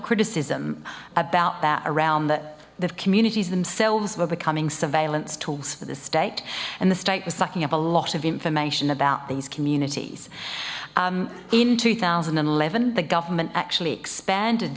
criticism about that around that the communities themselves were becoming surveillance tools for the state and the state was sucking up a lot of information about these communities in two thousand and eleven the government actually expand